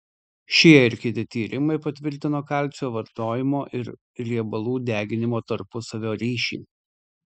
šie ir kiti tyrimai patvirtino kalcio vartojimo ir riebalų deginimo tarpusavio ryšį